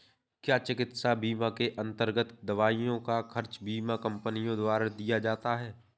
क्या चिकित्सा बीमा के अन्तर्गत दवाइयों का खर्च बीमा कंपनियों द्वारा दिया जाता है?